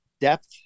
depth